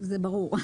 זה ברור.